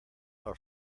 are